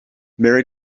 mary